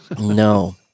No